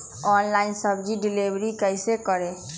Online सब्जी deliver कैसे करें?